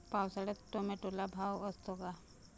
पावसाळ्यात टोमॅटोला भाव असतो का?